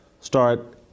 start